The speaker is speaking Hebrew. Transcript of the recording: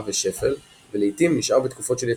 ושפל ולעיתים נשאר בתקופות של יציבות.